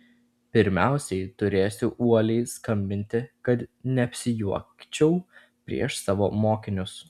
pirmiausiai turėsiu uoliai skambinti kad neapsijuokčiau prieš savo mokinius